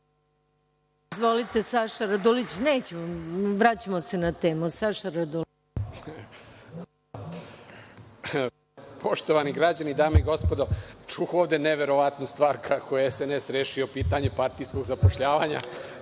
Poštovani građani, dame i gospodo, čuh ovde neverovatnu stvar kako je SNS rešio pitanje partijskog zapošljavanja,